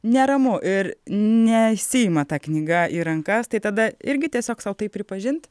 neramu ir nesiima ta knyga į rankas tai tada irgi tiesiog sau tai pripažint